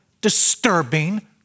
disturbing